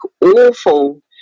awful